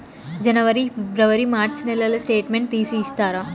జనవరి, ఫిబ్రవరి, మార్చ్ నెలల స్టేట్మెంట్ తీసి ఇస్తారా?